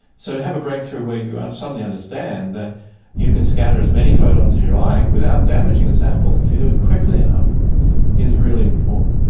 so to have a breakthrough where you suddenly understand that you can scatter as many photons as you like without damaging the sample if you do it quickly enough is really important.